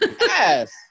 Yes